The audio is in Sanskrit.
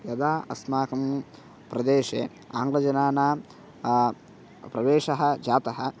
कदा अस्माकं प्रदेशे आङ्ग्लजनानां प्रवेशः जातः